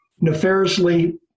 nefariously